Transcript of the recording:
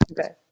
okay